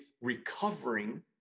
recovering